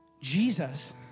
Jesus